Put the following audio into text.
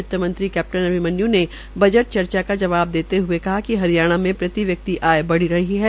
वित्तमंत्री कैप्टन अभिमन्यू ने बजट चर्चा का जवाब देते हए कहा कि हरियाणा में प्रति व्यक्ति आय बढ़ रही है